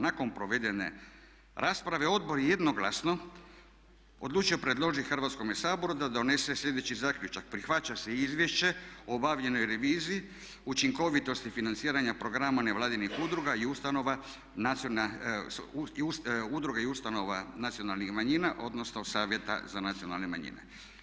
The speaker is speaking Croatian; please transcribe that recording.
Nakon provedene rasprave odbor je jednoglasno odlučio predložiti Hrvatskome saboru da donese sljedeći zaključak: Prihvaća se izvješće o obavljenoj reviziji, učinkovitosti financiranja programa nevladinih udruga i udruga i ustanova nacionalnih manjina, odnosno Savjeta za nacionalne manjine.